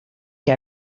que